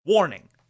Warning